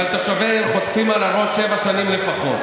אבל תושבי העיר חוטפים על הראש שבע שנים לפחות,